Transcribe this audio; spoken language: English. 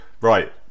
Right